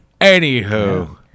Anywho